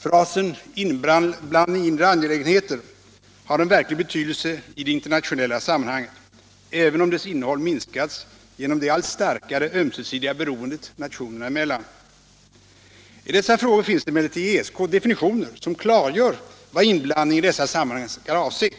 Frasen inblandning i inre angelägenheter har en verklig betydelse i det internationella sammanhanget, även om dess innehåll minskats genom det allt starkare ömsesidiga beroendet nationerna emellan. I dessa frågor finns det emellertid i ESK definitioner, som klargör vad inbland | ning i dessa sammanhang skall avse.